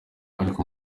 ariko